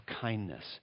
kindness